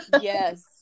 Yes